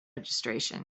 registration